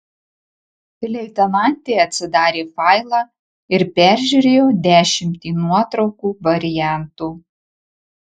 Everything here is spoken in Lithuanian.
leitenantė atsidarė failą ir peržiūrėjo dešimtį nuotraukų variantų